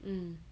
mm